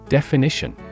Definition